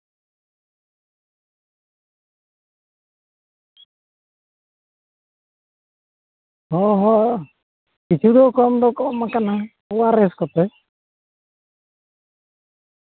ᱦᱚᱸ ᱦᱚᱸ ᱠᱤᱪᱷᱩ ᱫᱚ ᱠᱚᱢ ᱫᱚ ᱠᱚᱢᱟᱠᱟᱱᱟ ᱚᱣᱟᱨᱮᱹᱥ ᱠᱚᱛᱮ